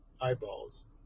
eyeballs